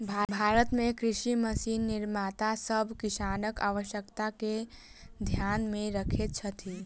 भारत मे कृषि मशीन निर्माता सभ किसानक आवश्यकता के ध्यान मे रखैत छथि